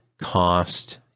cost